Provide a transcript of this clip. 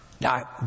Now